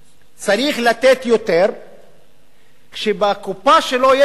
צריך לתת יותר כשבקופה שלו יש פחות,